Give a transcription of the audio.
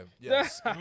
Yes